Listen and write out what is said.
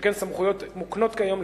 שכן סמכויות אלה מוקנות כיום,